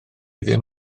ddim